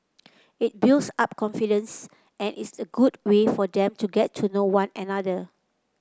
it builds up confidence and is a good way for them to get to know one another